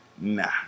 Nah